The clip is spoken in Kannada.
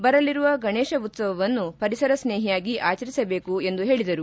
ಬರಲಿರುವ ಗಣೇಶ ಉತ್ಸವವನ್ನು ಪರಿಸರ ಸ್ನೇಹಿಯಾಗಿ ಆಚರಿಸಬೇಕು ಎಂದು ಹೇಳಿದರು